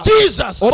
Jesus